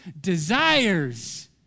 desires